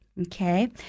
Okay